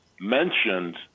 mentioned